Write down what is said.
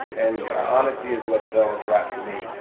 and honesty is what sells rap to me.